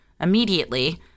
Immediately